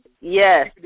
Yes